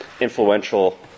influential